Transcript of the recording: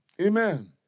Amen